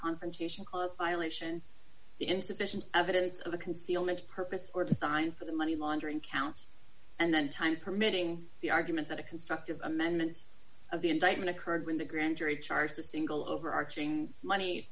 confrontation clause violation the insufficient evidence of the concealment of purpose or design for the money laundering count and then time permitting the argument that a constructive amendment of the indictment occurred when the grand jury charged a single overarching money